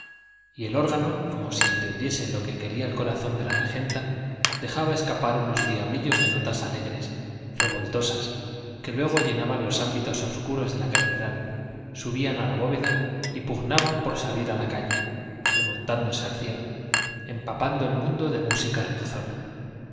y el órgano como si entendiese lo que quería el corazón de la regenta dejaba escapar unos diablillos de notas alegres revoltosas que luego llenaban los ámbitos obscuros de la catedral subían a la bóveda y pugnaban por salir a la calle remontándose al cielo empapando el mundo de música